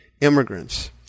immigrants